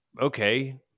okay